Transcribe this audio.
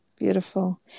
Beautiful